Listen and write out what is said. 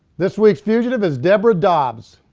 this weeks fugitive is deborah dobbs.